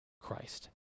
Christ